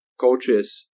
coaches